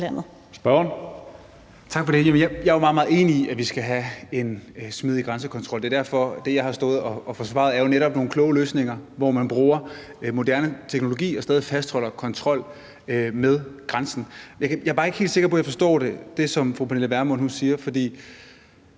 meget, meget enig i, at vi skal have en smidig grænsekontrol. Det er jo netop derfor, at det, jeg har stået og forsvaret, er nogle kloge løsninger, hvor man bruger moderne teknologi og stadig fastholder en kontrol med grænsen. Jeg er bare ikke helt sikker på, at jeg forstår det, som fru Pernille Vermund siger.